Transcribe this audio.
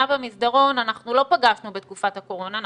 במסדרון אנחנו לא פגשנו בתקופת הקורונה,